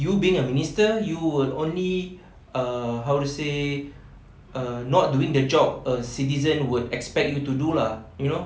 you being a minister you will only err how to say uh not doing the job a citizen would expect them to do lah you know